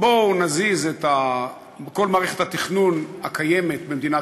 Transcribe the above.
בואו נזיז את כל מערכת התכנון הקיימת במדינת